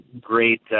great